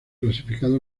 clasificado